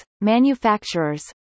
manufacturers